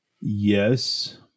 Yes